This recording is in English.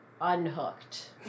unhooked